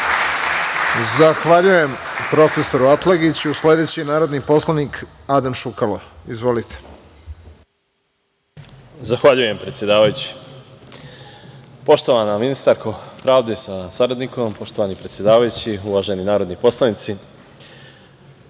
Zahvaljujem profesoru Atlagiću. Sledeći reč ima narodni poslanik Adam Šukalo. Izvolite. **Adam Šukalo** Zahvaljujem, predsedavajući. Poštovana ministarko pravde sa saradnikom, poštovani predsedavajući, uvaženi narodni poslanici,